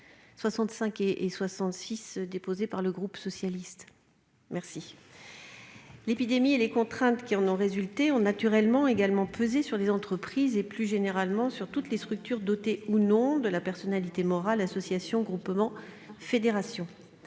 également déposé par le groupe socialiste. L'épidémie et les contraintes qui en sont résultées ont naturellement pesé sur les entreprises et, plus généralement, sur toutes les structures dotées ou non de la personnalité morale : associations, groupements, fédérations.